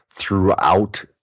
Throughout